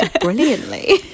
brilliantly